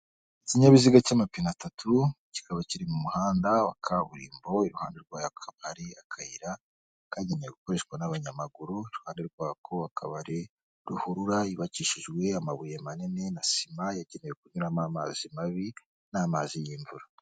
Ikinyabiziga cy'amapine atatu kikaba kiri mu muhanda wa kaburimbo, iruhande rwayo hakaba akayira kagenewe gukoreshwa n'abanyamaguru, iruhande rwako hakaba hari ruhurura yubakishijwe amabuye manini na sima yageneyewe kunyuramo amazi mabi n'amazi y'imvura.